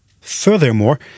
Furthermore